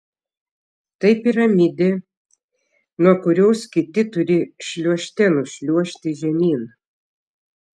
tai piramidė nuo kurios kiti turi šliuožte nušliuožti žemyn